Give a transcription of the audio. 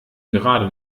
gerade